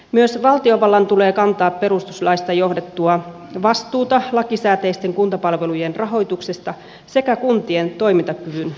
myös valtiovallan tulee kantaa perustuslaista johdettua vastuuta lakisääteisten kuntapalvelujen rahoituksesta sekä kuntien toimintakyvyn edistämisestä